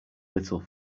little